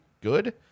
good